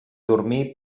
dormir